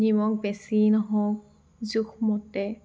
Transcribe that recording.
নিমখ বেছি নহওক জোখমতে